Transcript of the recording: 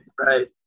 right